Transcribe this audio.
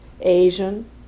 Asian